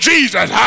Jesus